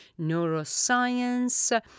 neuroscience